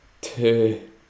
Two